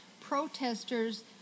protesters